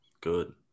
Good